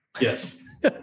Yes